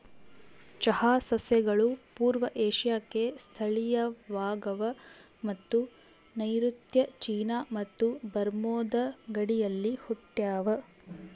ಚಹಾ ಸಸ್ಯಗಳು ಪೂರ್ವ ಏಷ್ಯಾಕ್ಕೆ ಸ್ಥಳೀಯವಾಗವ ಮತ್ತು ನೈಋತ್ಯ ಚೀನಾ ಮತ್ತು ಬರ್ಮಾದ ಗಡಿಯಲ್ಲಿ ಹುಟ್ಟ್ಯಾವ